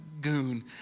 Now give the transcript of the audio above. goon